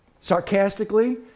sarcastically